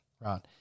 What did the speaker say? Right